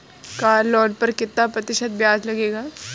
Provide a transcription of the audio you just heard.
Car loan पर कितना प्रतिशत ब्याज लगेगा?